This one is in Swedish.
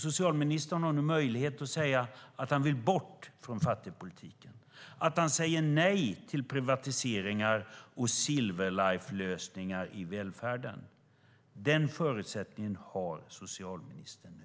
Socialministern har nu möjlighet att säga att han vill bort från fattigpolitiken och säga nej till privatiseringar och Silver Life-lösningar i välfärden. Den förutsättningen har socialministern nu.